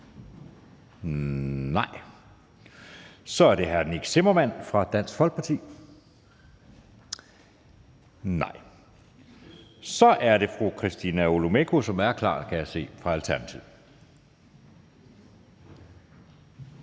Nej. Så er det hr. Nick Zimmermann fra Dansk Folkeparti. Nej. Så er det fru Christina Olumeko, som er klar, kan jeg se, fra Alternativet.